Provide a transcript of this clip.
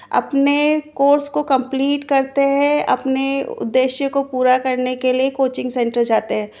अपने कोर्स को कम्पलीट करते है अपने उद्देश्य को पूरा करने के लिए कोचिंग सैंटर जाते हैं